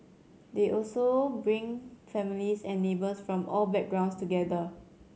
they also bring families and neighbours from all backgrounds together